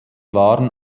waren